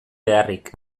beharrik